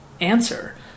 answer